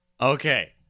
Okay